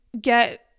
get